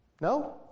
No